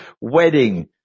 wedding